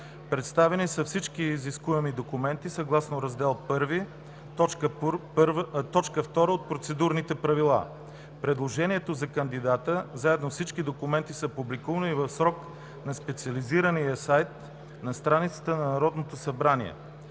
Представени са всички изискуеми документи, съгласно Раздел I, т. 2 от Процедурните правила. Предложението за кандидата, заедно с всички документи, са публикувани в срок на специализирания сайт на страницата на Народното събрание.